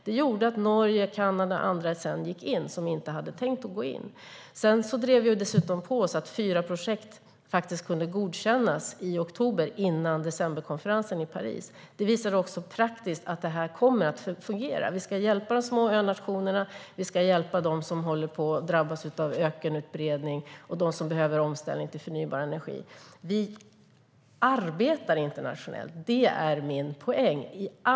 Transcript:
Det gjorde att Norge, Kanada och andra sedan gick in, trots att de inte hade tänkt gå in. Vi drev dessutom på så att fyra projekt kunde godkännas i oktober, före decemberkonferensen i Paris. Det visar också praktiskt att det här kommer att fungera. Vi ska hjälpa de små önationerna. Vi ska hjälpa dem som håller på att drabbas av ökenutbredning och dem som behöver ställa om till förnybar energi. Vi arbetar i allra högsta grad internationellt. Det är min poäng.